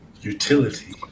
Utility